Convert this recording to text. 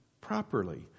properly